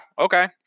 okay